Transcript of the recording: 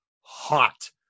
hot